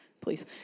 please